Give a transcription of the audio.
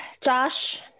Josh